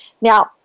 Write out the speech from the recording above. Now